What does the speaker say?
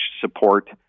support